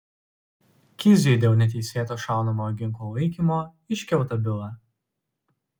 kiziui dėl neteisėto šaunamojo ginklo laikymo iškelta byla